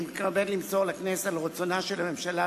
אני מתכבד למסור לכנסת על רצונה של הממשלה